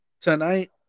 Tonight